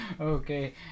Okay